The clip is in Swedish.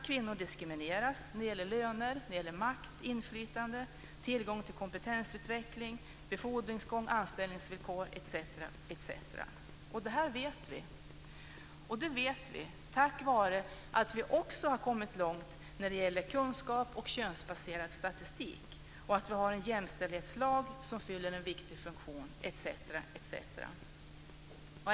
Kvinnor diskrimineras när det gäller löner, makt, inflytande, tillgång till kompetensutveckling, befordringsgång, anställningsvillkor etc. Det här vet vi. Och vi vet det tack vare att vi också har kommit långt när det gäller kunskap och könsbaserad statistik och för att vi har en jämställdhetslag som fyller en viktig funktion.